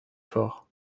fort